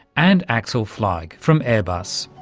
and axel flaig from airbus.